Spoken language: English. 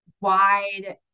wide